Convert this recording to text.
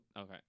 Okay